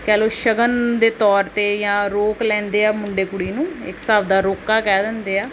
ਕਹਿ ਲਓ ਸ਼ਗਨ ਦੇ ਤੌਰ 'ਤੇ ਜਾਂ ਰੋਕ ਲੈਂਦੇ ਆ ਮੁੰਡੇ ਕੁੜੀ ਨੂੰ ਇੱਕ ਹਿਸਾਬ ਦਾ ਰੋਕਾ ਕਹਿ ਦਿੰਦੇ ਆ